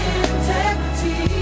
integrity